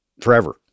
forever